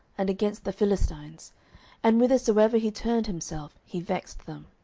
and against the philistines and whithersoever he turned himself, he vexed them.